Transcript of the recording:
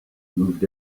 moved